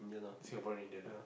Singaporean Indian lah